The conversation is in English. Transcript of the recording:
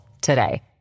today